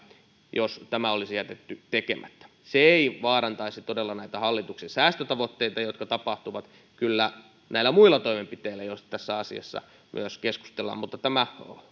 että tämä olisi jätetty tekemättä se ei vaarantaisi todella näitä hallituksen säästötavoitteita jotka tapahtuvat kyllä näillä muilla toimenpiteillä joista tässä asiassa myös keskustellaan mutta tämä